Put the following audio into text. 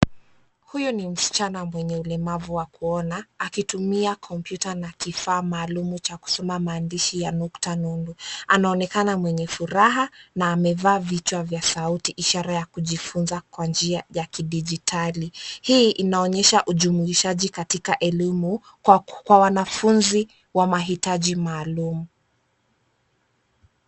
Huyu ni msichana mwenye ulemavu wa kuona akitumia kompyuta na kifaa maalumu cha kusoma maandishi ya nukta nudu. Anaonekana mwenye furaha na amevaa vichwa vya sauti ishara ya kijuifunza kwa njia ya kidijitali hii inaonyesha ujumuishaji katika elimu kwa wanafunzi wa mahitaji maalum.